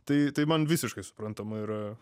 tai tai man visiškai suprantama yra